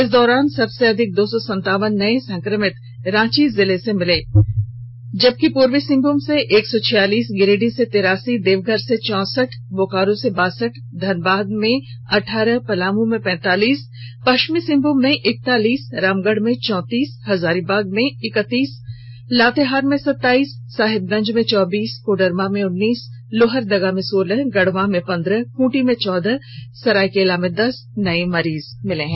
इस दौरान सबसे अधिक दो सौ संतावन नये संक्रमित रांची से जिले से मिले जबकि पूर्वी सिंहभूम से एक सौ छियालीस गिरिडीह से तिरासी देवघर से चौसठ बोकारो में बासठ धनबाद में अठारह पलामू में पैतालीस पश्चिमी सिंहभूम में इक्तालीस रामगढ़ में चौंतीस हजारीबाग में इकतीस लातेहार में सताईस साहिबगंज में चौबीस कोडरमा में उन्नीस लोहरदगा में सोलह गढ़वा में पंद्रह खूंटी में चौदह सरायकेला में दस नये मरीज मिले हैं